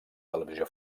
televisió